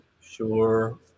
sure